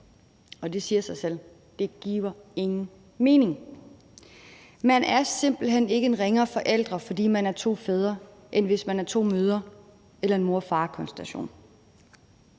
Og det siger sig selv, at det ikke giver nogen mening. Man er simpelt hen ikke en ringere forælder, fordi man er to fædre, end hvis man er to mødre eller en mor og far-konstruktion.